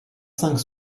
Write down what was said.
cinq